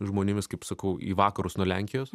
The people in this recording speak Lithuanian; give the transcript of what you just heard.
žmonėmis kaip sakau į vakarus nuo lenkijos